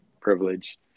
privilege